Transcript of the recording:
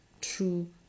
true